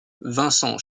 vincent